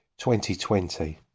2020